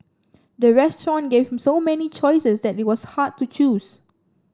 the restaurant gave so many choices that it was hard to choose